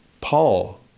Paul